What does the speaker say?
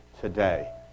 today